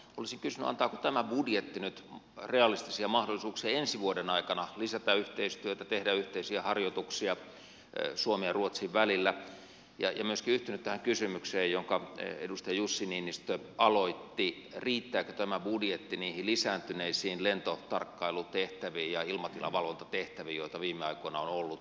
olisin kysynyt antaako tämä budjetti nyt realistisia mahdollisuuksia ensi vuoden aikana lisätä yhteistyötä tehdä yhteisiä harjoituksia suomen ja ruotsin välillä ja myöskin yhtynyt tähän kysymykseen jonka edustaja jussi niinistö aloitti riittääkö tämä budjetti niihin lisääntyneisiin lentotarkkailutehtäviin ja ilmatilavalvontatehtäviin joita viime aikoina on ollut